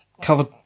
covered